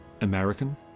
American